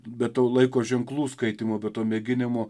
bet to laiko ženklų skaitymo be to mėginimo